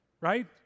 Right